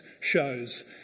shows